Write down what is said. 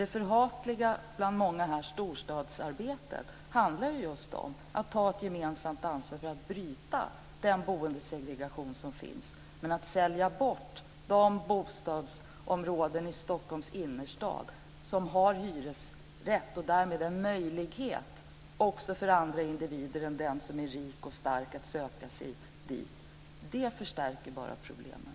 Det bland många här förhatliga storstadsarbetet handlar alltså just om att ta ett gemensamt ansvar för att bryta den boendesegregation som finns. Men att sälja ut de bostadsområden i Stockholms innerstad som har hyresrätter och därmed ger möjligheter också för andra individer än dem som är rika och starka att söka sig dit förstärker bara problemen.